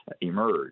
emerge